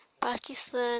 Pakistan